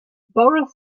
boris